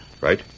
right